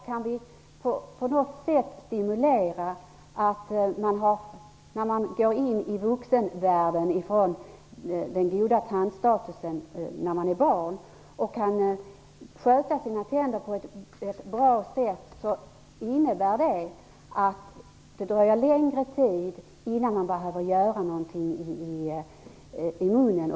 Kan vi på något sätt stimulera att människor när de går in i vuxenvärlden med den goda tandstatus de haft när de var barn kan sköta sina tänder på ett bra sätt innebär det att det dröjer längre tid innan någonting behöver göras i munnen.